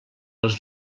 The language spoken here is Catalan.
els